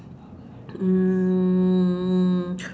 mm